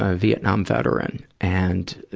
ah vietnam veteran. and, ah,